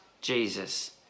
Jesus